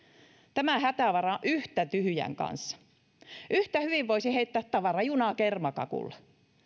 tämä hätävara on yhtä tyhjän kanssa yhtä hyvin voisi heittää tavarajunaa kermakakulla